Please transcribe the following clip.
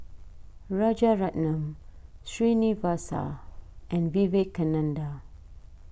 Rajaratnam Srinivasa and Vivekananda